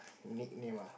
nickname ah